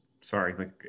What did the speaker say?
sorry